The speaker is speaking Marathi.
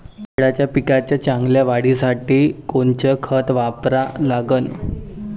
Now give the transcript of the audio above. केळाच्या पिकाच्या चांगल्या वाढीसाठी कोनचं खत वापरा लागन?